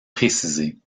précisés